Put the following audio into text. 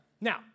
Now